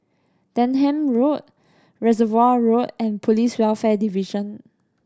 Denham Road Reservoir Road and Police Welfare Division